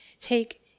take